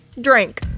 drink